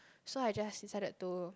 so I just decided to